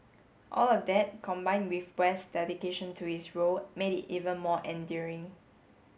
all of that combined with west dedication to his role made it even more endearing